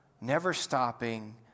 never-stopping